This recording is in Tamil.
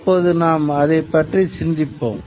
தற்போது நாம் அதைப் பற்றி சிந்திப்போம்